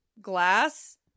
Glass